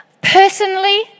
Personally